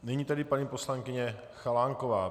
Nyní tedy paní poslankyně Chalánková.